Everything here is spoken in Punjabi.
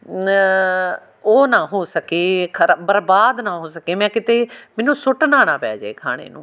ਉਹ ਨਾ ਹੋ ਸਕੇ ਖਰ ਬਰਬਾਦ ਨਾ ਹੋ ਸਕੇ ਮੈਂ ਕਿਤੇ ਮੈਨੂੰ ਸੁੱਟਣਾ ਨਾ ਪੈ ਜਾਵੇ ਖਾਣੇ ਨੂੰ